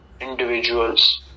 individuals